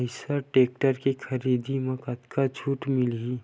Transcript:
Eicher tractor के खरीदी म कतका छूट मिलही?